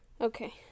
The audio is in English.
okay